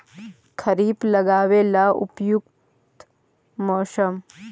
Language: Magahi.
खरिफ लगाबे ला उपयुकत मौसम?